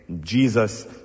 Jesus